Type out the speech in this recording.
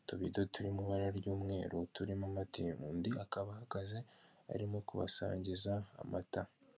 utubido turi mu ibara ry'umweru, turimo amata, undi akaba ahagaze arimo kubasangiza amata.